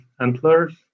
antlers